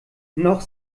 noch